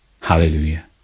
Hallelujah